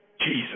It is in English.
Jesus